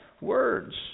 words